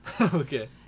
Okay